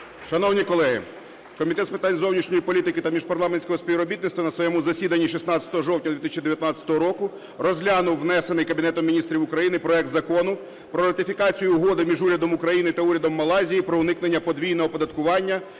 Шановні колеги! Комітет з питань зовнішньої політики та міжпарламентського співробітництва на своєму засіданні 16 жовтня 2019 року розглянув внесений Кабінетом Міністрів України проект Закону про ратифікацію Угоди між Урядом України та Урядом Малайзії про уникнення подвійного оподаткування